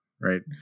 right